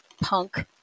punk